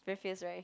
very fierce [right]